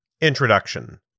Introduction